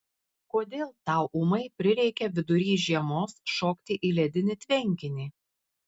kodėl tau ūmai prireikė vidury žiemos šokti į ledinį tvenkinį